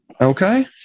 Okay